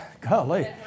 golly